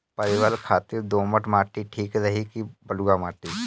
परवल खातिर दोमट माटी ठीक रही कि बलुआ माटी?